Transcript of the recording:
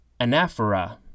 anaphora